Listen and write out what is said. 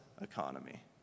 economy